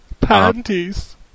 panties